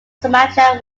schumacher